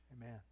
Amen